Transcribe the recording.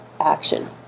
action